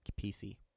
PC